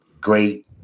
great